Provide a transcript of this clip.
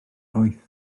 boeth